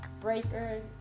Breaker